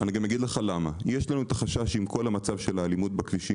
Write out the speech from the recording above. -- ואגיד לך למה: יש לנו את החשש עם כל המצב של האלימות בכבישים,